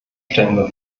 stellen